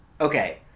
Okay